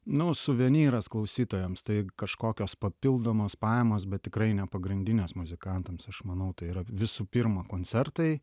nu suvenyras klausytojams tai kažkokios papildomos pajamos bet tikrai ne pagrindinės muzikantams aš manau tai yra visų pirma koncertai